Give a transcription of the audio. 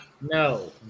No